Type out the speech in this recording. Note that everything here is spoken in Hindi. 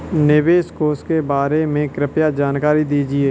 निवेश कोष के बारे में कृपया जानकारी दीजिए